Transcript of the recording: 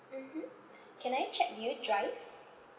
mmhmm can I check do you drive